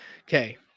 Okay